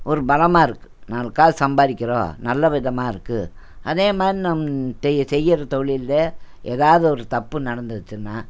ஒரு பலமாக இருக்குது நாலு காசு சம்பாதிக்கிறோம் நல்ல விதமாக இருக்குது அதேமாரி நம் டெய் செய்கிற தொழிலில் ஏதாவுது ஒரு தப்பு நடந்துருச்சுன்னா